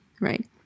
right